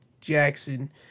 Jackson